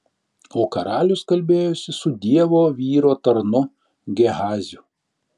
o karalius kalbėjosi su dievo vyro tarnu gehaziu